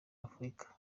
afurika